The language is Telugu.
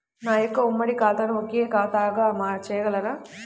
నా యొక్క ఉమ్మడి ఖాతాను ఒకే ఖాతాగా చేయగలరా?